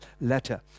letter